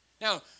Now